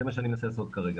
זה מה שאני מנסה לעשות כרגע.